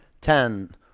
ten